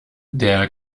der